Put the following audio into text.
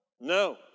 No